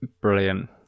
brilliant